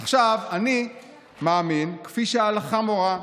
עכשיו, אני מאמין, כפי שההלכה מורה,